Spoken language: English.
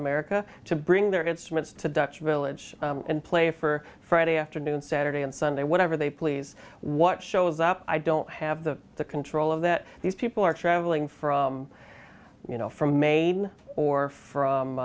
america to bring their instruments to dutch village and play for friday afternoon saturday and sunday whatever they please what shows up i don't have the the control of that these people are traveling from you know from maidan or